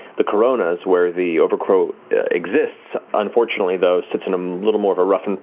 the coronas, where the overcrow exists, unfortunately though, sits in a little more of a rough and